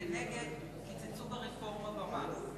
וכנגד קיצצו ברפורמה במס.